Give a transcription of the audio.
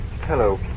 Hello